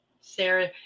sarah